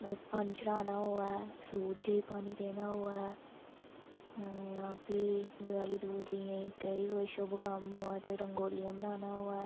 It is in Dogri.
मतलब पानी चढ़ाना होऐ सुरजै गी पानी देना होऐ जां फ्ही दवाली दवुली गी कोई शुभ कम्म होऐ ते रंगोलियां बनाना होऐ